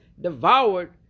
devoured